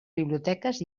biblioteques